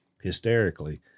hysterically